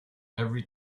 every